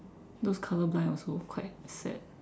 those color blind also quite sad